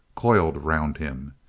coiled round him.